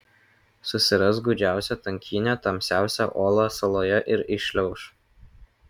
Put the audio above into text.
susiras gūdžiausią tankynę tamsiausią olą saloje ir įšliauš